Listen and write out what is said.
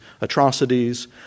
atrocities